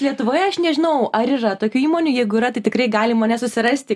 lietuvoje aš nežinau ar yra tokių įmonių jeigu yra tai tikrai gali mane susirasti